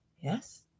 Yes